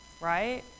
right